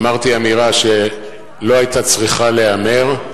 אמרתי אמירה שלא היתה צריכה להיאמר.